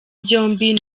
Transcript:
byombi